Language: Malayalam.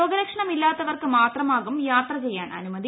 രോഗലക്ഷണമില്ലാത്തവർക്കു മാത്രമാകും യാത്ര ചെയ്യാൻ അനുമതി